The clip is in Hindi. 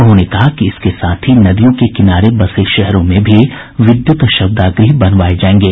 उन्होंने कहा कि इसके साथ ही नदियों के किनारे बसे शहरों में भी विद्युत शवदाह गृह बनवाये जायेंगे